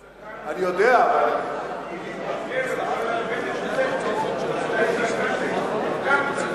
הפסוק הוא לא "גם התבגרתי" אלא "גם זקנתי" אני יודע.